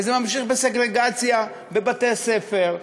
וזה ממשיך בסגרגציה בבתי-הספר,